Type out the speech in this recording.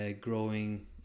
growing